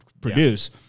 produce